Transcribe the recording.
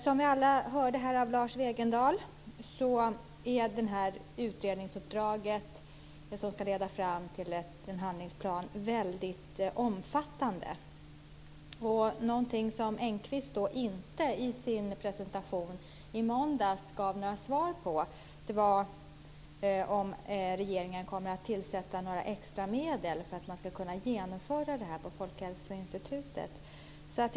Som vi alla fick höra av Lars Wegendal är det utredningsuppdrag som ska leda fram till en handlingsplan väldigt omfattande. Något som Engqvist i sin presentation i måndags inte gav svar på var om regeringen kommer att avsätta extra medel för att Folkhälsoinstitutet ska kunna genomföra detta.